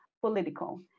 political